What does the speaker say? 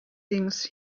things